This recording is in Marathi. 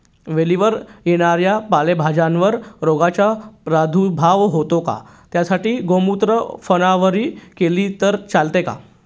वेलीवर येणाऱ्या पालेभाज्यांवर रोगाचा प्रादुर्भाव होतो का? त्यासाठी गोमूत्र फवारणी केली तर चालते का?